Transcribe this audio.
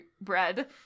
bread